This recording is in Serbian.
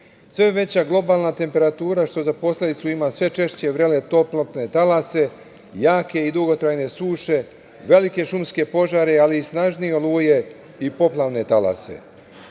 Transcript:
veća globalna temperatura za posledicu ima sve češće vrele toplotne talase, jake i dugotrajne suše, velike šumske požare, ali i snažnije oluje i poplave talase,